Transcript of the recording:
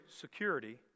security